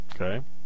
okay